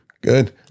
Good